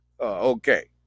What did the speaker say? okay